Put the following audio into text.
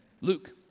Luke